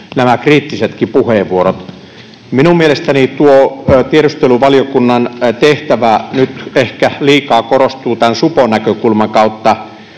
nämä kriittisetkin puheenvuorot. Minun mielestäni tiedusteluvaliokunnan tehtävä nyt ehkä liikaa korostuu tämän supon näkökulman kautta.